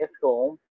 school